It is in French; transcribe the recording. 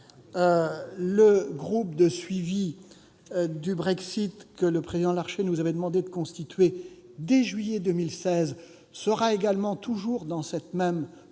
Le groupe de suivi du Brexit, que le président Larcher nous avait demandé de constituer dès juillet 2016, gardera la même position.